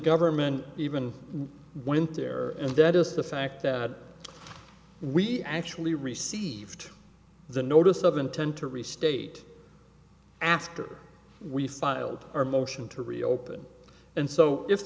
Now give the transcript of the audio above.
government even went there and that is the fact that we actually received the notice of intent to restate after we filed our motion to reopen and so if